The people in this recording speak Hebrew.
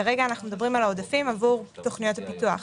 כרגע אנחנו מדברים על העודפים עבור תוכניות הפיתוח.